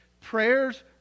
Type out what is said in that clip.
prayers